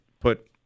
put